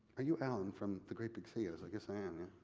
are you alan from the great big sea? i was like, yes, i am. yeah